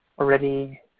already